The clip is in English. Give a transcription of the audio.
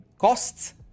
costs